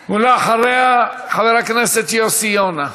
ואחריה, חבר הכנסת יוסי יונה.